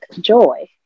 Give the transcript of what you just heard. joy